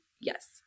Yes